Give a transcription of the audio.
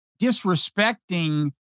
disrespecting